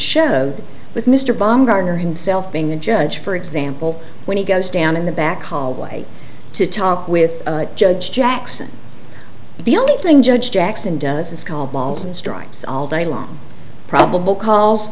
show with mr baumgartner himself being a judge for example when he goes down in the back hallway to talk with judge jackson the only thing judge jackson does is called balls and strikes all day long probable ca